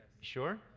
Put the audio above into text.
Sure